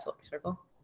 circle